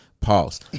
Pause